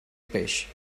peix